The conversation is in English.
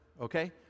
okay